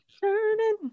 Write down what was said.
Turning